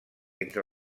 entre